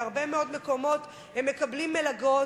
בהרבה מאוד מקומות הם מקבלים מלגות,